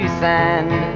sand